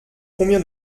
combien